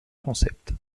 transept